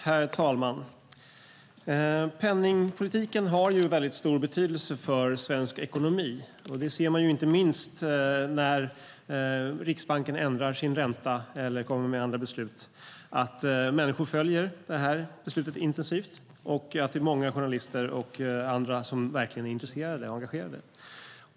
Herr talman! Penningpolitiken har stor betydelse för svensk ekonomi. Det ser vi inte minst när Riksbanken ändrar sin ränta eller kommer med andra beslut. Människor följer beslutet intensivt, och många journalister och andra är verkligt intresserade och engagerade.